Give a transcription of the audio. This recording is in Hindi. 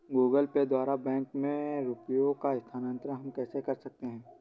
गूगल पे द्वारा बैंक में रुपयों का स्थानांतरण हम कैसे कर सकते हैं?